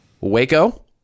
Waco